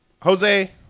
Jose